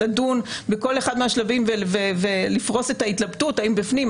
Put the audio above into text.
לדון בכל אחד מהשלבים ולפרוש את ההתלבטות האם בפנים,